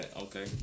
Okay